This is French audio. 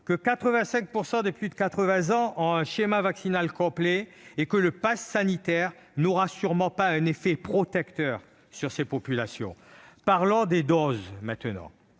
âgées de plus de 80 ans ont un schéma vaccinal complet, et que le passe sanitaire n'aura sûrement aucun effet protecteur sur ces populations. Parlons des doses maintenant.